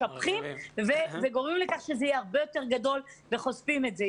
משבחים וגורמים לכך שזה יהיה הרבה יותר גדול וחושפים את זה.